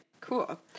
Cool